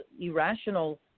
irrational